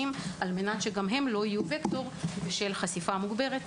על מנת שהם לא יהיו וקטור בשל חשיפה מוגברת